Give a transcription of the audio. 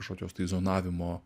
kažkokios tai zonavimo